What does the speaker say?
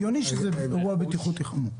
הגיוני שזה אירוע בטיחותי חמור.